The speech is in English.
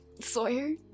Sawyer